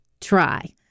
try